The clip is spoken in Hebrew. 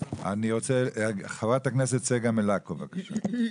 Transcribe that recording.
חה"כ צגה מלקו, בבקשה.